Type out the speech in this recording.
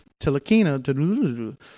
Tilakina